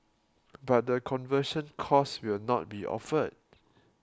but the conversion course will not be offered